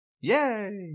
Yay